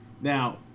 Now